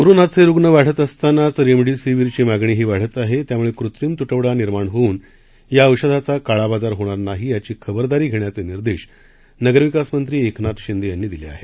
कोरोनाचे रुग्ण वाढत असतानाच रेमडेसिवीरची मागणीही वाढत आहे त्यामुळे कृत्रिम तुटवडा निर्माण होऊन या औषधाचा काळाबाजार होणार नाही याची खबरदारी घेण्याचे निर्देश नगरविकास मंत्री एकनाथ शिंदे यांनी दिले आहेत